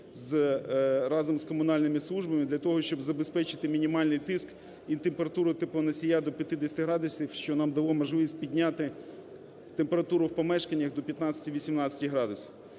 разом з комунальними службами для того, щоб забезпечити мінімальний тиск і температуру теплоносія до 50 градусів, що нам дало можливість підняти температуру в помешканнях до 15-18 градусів.